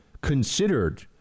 considered